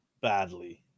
badly